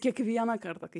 kiekvieną kartą kai